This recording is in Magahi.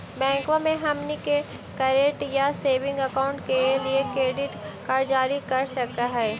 बैंकवा मे हमनी के करेंट या सेविंग अकाउंट के लिए डेबिट कार्ड जारी कर हकै है?